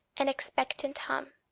an expectant hum,